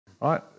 Right